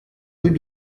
rue